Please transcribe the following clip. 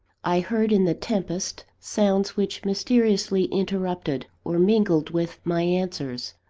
i heard in the tempest sounds which mysteriously interrupted, or mingled with, my answers,